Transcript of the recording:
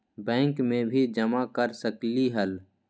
Bank में भी जमा कर सकलीहल?